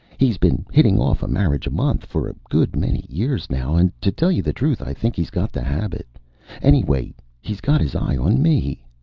he's been hitting off a marriage a month for a good many years now and, to tell you the truth, i think he's got the habit anyway, he's got his eye on me.